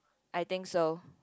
I think so